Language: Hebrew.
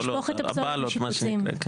הבאלות מה שנקרא.